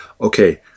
okay